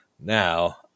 Now